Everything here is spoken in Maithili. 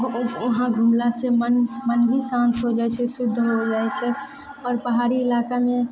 वहाँ घुमला से मन मन भी शान्त हो जाइ छै शुद्ध हो जाइ छै और पहाड़ी ईलाकामे